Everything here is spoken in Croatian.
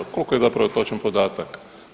Koliko je zapravo točan podatak?